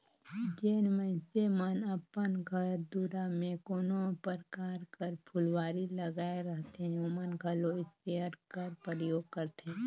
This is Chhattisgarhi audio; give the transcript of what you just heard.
जेन मइनसे मन अपन घर दुरा में कोनो परकार कर फुलवारी लगाए रहथें ओमन घलो इस्पेयर कर परयोग करथे